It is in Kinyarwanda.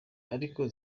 ariko